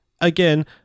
again